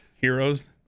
heroes